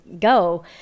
go